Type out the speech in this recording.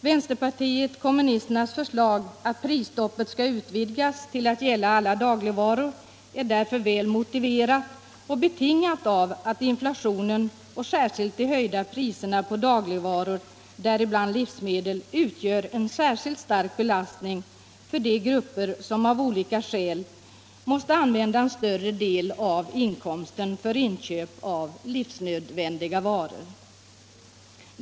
Vänsterpartiet kommunisternas förslag att prisstoppet skall utvidgas till att gälla alla dagligvaror är därför väl motiverat och betingat av att inflationen och särskilt de höjda priserna på dagligvaror, däribland livsmedel, utgör en särskilt stark belastning för de grupper som av olika skäl måste använda en större del av inkomsten för inköp av livsnödvändiga varor.